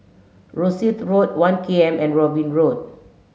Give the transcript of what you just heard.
Rosyth Road One K M and Robin Road